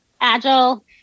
Agile